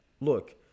look